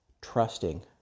trusting